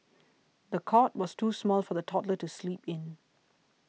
the cot was too small for the toddler to sleep in